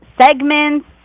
segments